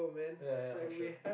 ya ya for sure